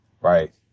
right